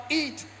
eat